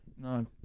No